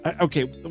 Okay